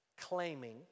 claiming